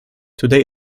today